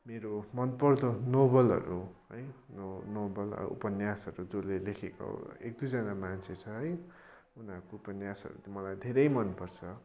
मेरो मनपर्दो नोबलहरू है नो नोबल अब उपन्यासहरू जसले लेखेको एक दुईजना मान्छे छ है उनीहरूको उपन्यासहरू पनि मलाई धेरै मनपर्छ